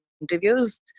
interviews